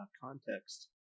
context